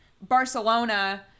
Barcelona